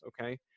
Okay